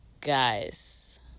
Guys